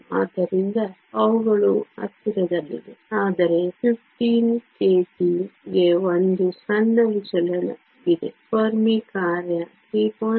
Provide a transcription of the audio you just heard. ಆದ್ದರಿಂದ ಅವುಗಳು ಹತ್ತಿರದಲ್ಲಿವೆ ಆದರೆ 15 kT ಗೆ ಒಂದು ಸಣ್ಣ ವಿಚಲನವಿದೆ ಫೆರ್ಮಿ ಕಾರ್ಯ 3